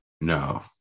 no